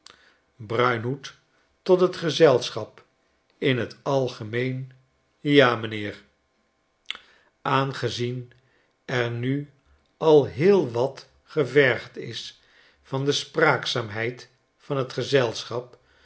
bruinhoed tot het gezelschap in t algemeen ja m'nheer aangezien er nu al heel wat gevergdisvan de spraakzaamheid van t gezelschap